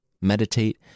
meditate